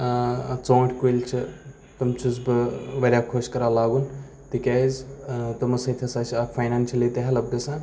ژونٛٹھۍ کُلۍ چھِ تِم چھُس بہٕ واریاہ خۄش کَران لاگُن تِکیازِ تِمو سۭتۍ ہَسا چھِ اَکھ فاینانشٔلی تہِ ہٮ۪لٕپ گژھان